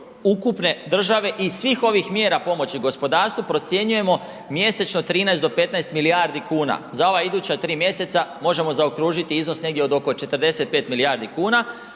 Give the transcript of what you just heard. ukupne države i svih ovih mjera pomoći gospodarstvu. Procjenjujemo mjesečno 13 do 15 milijardi kuna, za ova iduća 3 mjeseca možemo zaokružiti iznos negdje od oko 45 milijardi kuna.